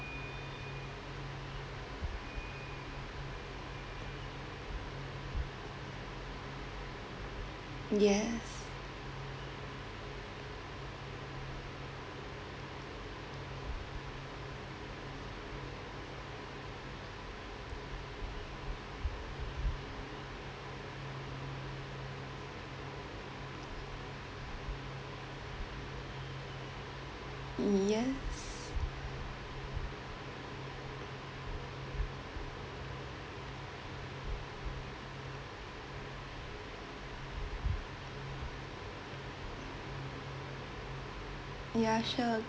yes yes ya sure